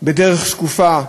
בדרך שקופה,